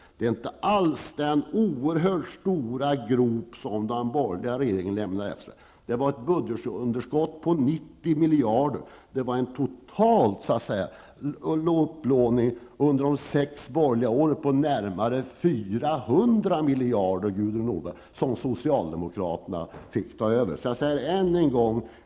Får jag då säga än en gång att man nu inte alls har den oerhört stora grop som den borgerliga regeringen lämnade efter sig. Det var ett budgetunderskott på 90 miljarder. Det var en total upplåning under de sex borgerliga åren på närmare 400 miljarder, Gudrun Norberg, som socialdemokraterna fick ta över.